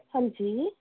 ਹਾਂਜੀ